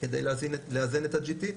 כדי לאזן את ה-GT,